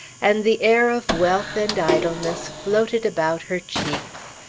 and the air of wealth and idleness floated about her cheeks,